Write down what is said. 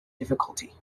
difficulty